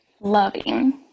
Loving